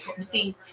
See